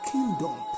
Kingdom